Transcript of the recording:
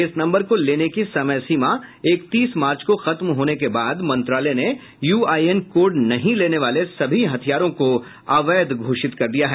इस नंबर को लेने की समय सीमा इकतीस मार्च को खत्म होने के बाद मंत्रालय ने यूआईएन कोड नहीं लेने वाले सभी हथियारों को अवैध घोषित कर दिया है